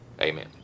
Amen